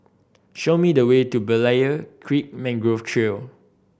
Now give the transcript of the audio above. show me the way to Berlayer Creek Mangrove Trail